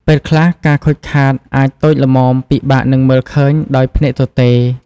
ពេលខ្លះ ការខូចខាតអាចតូចល្មមពិបាកនឹងមើលឃើញដោយភ្នែកទទេ។